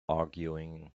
arguing